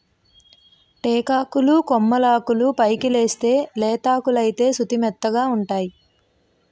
టేకాకులు కొమ్మలాకులు పైకెలేస్తేయ్ లేతాకులైతే సుతిమెత్తగావుంటై